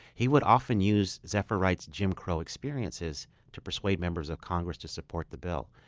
he would often use zephyr wright's jim crow experiences to persuade members of congress to support the bill.